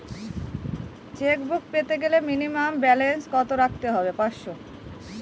Chequebook পেতে গেলে minimum balance কত রাখতে হবে?